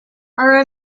are